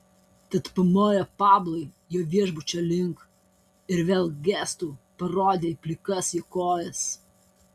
tad pamojo pablui jo viešbučio link ir vėl gestu parodė į plikas jo kojas